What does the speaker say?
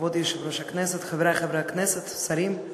כבוד היושב-ראש, חברי חברי הכנסת, שרים,